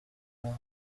nkana